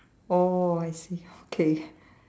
oh I see okay